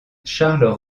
charles